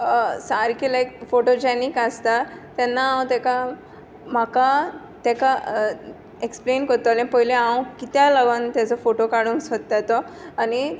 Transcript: सारके लायक फोटोजेनीक आसता तेन्ना हांव तेका म्हाका तेका एक्सप्लेन कोत्तोलें पोयलें हांव किद्या लागोन तेजो फोटो काडूं सोदता तो